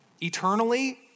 Eternally